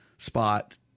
spot